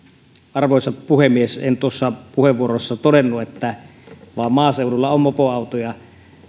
arvoisa puhemies en tuossa puheenvuorossani todennut että vain maaseudulla on mopoautoja